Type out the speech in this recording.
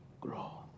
grow